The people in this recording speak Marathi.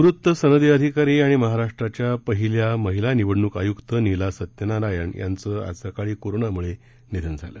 निवृत्त सनदी अधिकारी आणि महाराष्ट्राच्या पहिल्या महिला निवडणूक आयूक्त नीला सत्यनारायण यांचं गुरूवारी सकाळी कोरोनामुळं निधन झालं